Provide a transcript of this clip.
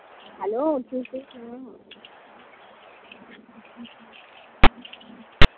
hello